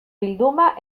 bilduma